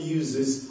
uses